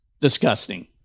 disgusting